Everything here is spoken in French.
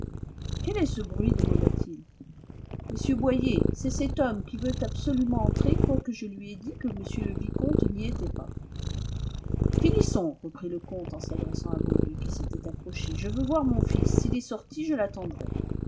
quel est ce bruit demanda-t-il monsieur boyer c'est cet homme qui veut absolument entrer quoique je lui aie dit que m le vicomte n'y était pas finissons reprit le comte en s'adressant à boyer qui s'était approché je veux voir mon fils s'il est sorti je l'attendrai